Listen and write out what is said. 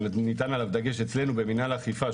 וניתן עליו דגש אצלנו במינהל אכיפה,